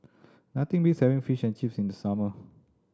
nothing beats having Fish and Chips in the summer